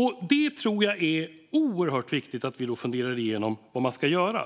Här tror jag att det är oerhört viktigt att vi funderar igenom vad man ska göra.